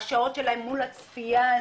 השעות שלהם מול הצפייה הזו,